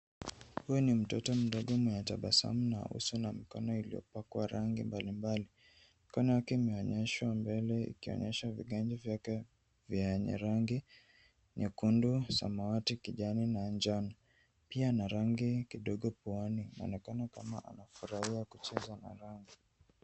Huyu ni mtoto mdogo mwenye tabasamu na uso na mkono iliyopakwa rangi mbalimbali. Mikono yake imeonyeshwa mbele ikionyesha viganja vyake vyenye rangi nyekundu, samawati, kijani na njano . Pia ana rangi kidogo puani . Anaonakana kama anafurahia kucheza na rangi.